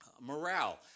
morale